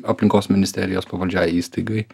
aplinkos ministerijos pavaldžiai įstaigai